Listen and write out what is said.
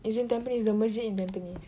it's in Tampines the masjid in Tampines